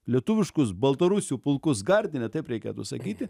lietuviškus baltarusių pulkus gardine taip reikėtų sakyti